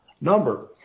number